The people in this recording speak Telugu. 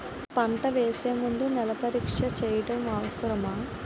పంట వేసే ముందు నేల పరీక్ష చేయటం అవసరమా?